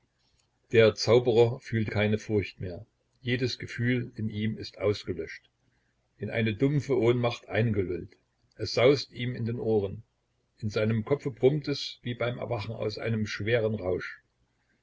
der zauberer fühlt keine furcht mehr jedes gefühl in ihm ist ausgelöscht in eine dumpfe ohnmacht eingelullt es saust ihm in den ohren in seinem kopfe brummt es wie beim erwachen aus einem schweren rausch